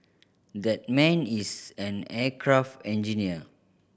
that man is an aircraft engineer